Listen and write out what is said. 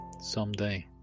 someday